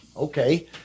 Okay